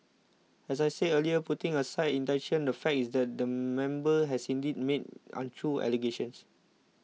as I said earlier putting aside intention the fact is that the member has indeed made untrue allegations